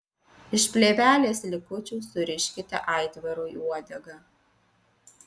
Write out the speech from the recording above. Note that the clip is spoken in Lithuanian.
iš plėvelės likučių suriškite aitvarui uodegą